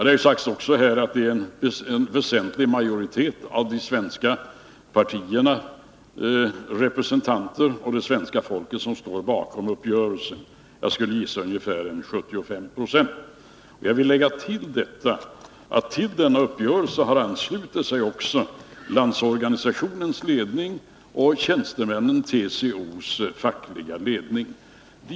Det har också sagts här att det är en väsentlig majoritet av de svenska partierna, representanter för det svenska folket, som står bakom uppgörelsen — jag gissar ungefär 75 90. Jag vill tillägga att till denna uppgörelse har också Landsorganisationens ledning och tjänstemännnens, TCO:s, fackliga ledning anslutit sig.